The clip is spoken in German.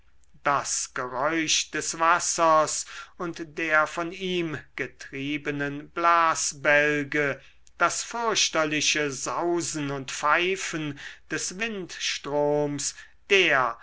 das geräusch des wassers und der von ihm getriebenen blasbälge das fürchterliche sausen und pfeifen des windstroms der